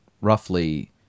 roughly